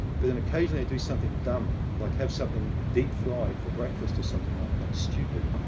but on occasion, i'd do something dumb, like have something deep fried for breakfast or something like that. stupid.